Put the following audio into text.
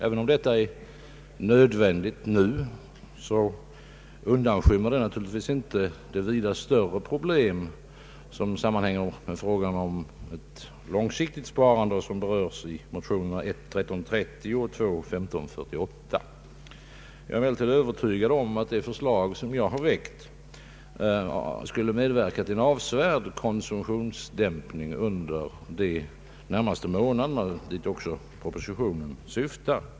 Även om detta är nödvändigt nu, undanskymmer det naturligtvis inte de vida större problem som sammanhänger med frågan om ett långsiktigt sparande, som berörs i motionerna I: 1330 och II: 1548. Jag är emellertid övertygad om att det förslag som jag har väckt skulle medverka till en avsevärd konsumtionsdämpning under de närmaste månaderna, och dit syftar också propositionen.